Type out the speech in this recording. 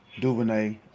DuVernay